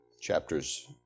chapters